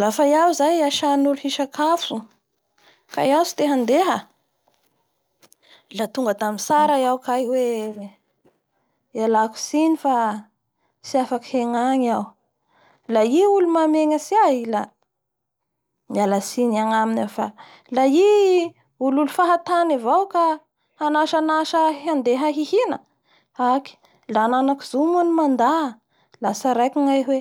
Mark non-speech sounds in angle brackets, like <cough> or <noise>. Lafa iaho zay asain'olo hisakafo ka iahao tsy te handeha la tonga da mitsar iaho <noise> hoe ialako tsiny fa tsy afaky hengangy iaho lah i olo mahamenatry ahy la mialatsiny agnaminy iaho fa la i olo olo fahatany avao ka hansanasa ahy handeha hihina la ananko zo moa ny manda la tsaraiko ny ahy hoe